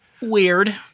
Weird